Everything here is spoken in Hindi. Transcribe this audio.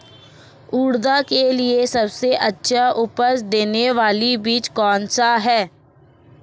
उड़द के लिए सबसे अच्छा उपज देने वाला बीज कौनसा है?